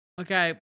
Okay